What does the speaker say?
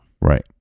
Right